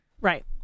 Right